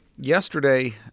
yesterday